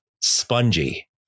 spongy